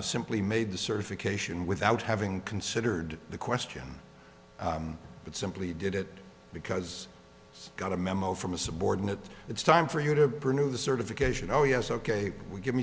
simply made the certification without having considered the question but simply did it because it's got a memo from a subordinate it's time for you to renew the certification oh yes ok give me